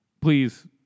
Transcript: please